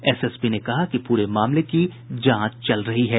SSP ने कहा कि पूरे मामले की जांच चल रही है